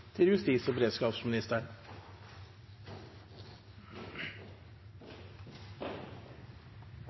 til og